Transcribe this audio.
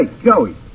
Joey